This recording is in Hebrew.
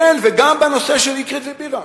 כן, וגם בנושא של אקרית ובירעם.